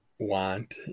want